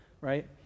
right